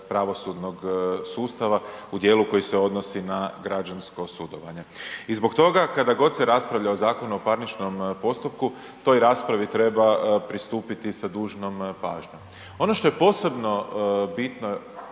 pravosudnog sustava u dijelu koji se odnosi na građansko sudovanje. I zbog toga kada god se raspravlja o Zakonu o parničnom postupku toj raspravi treba pristupiti sa dužnom pažnjom. Ono što je posebno bitno,